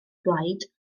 blaid